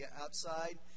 outside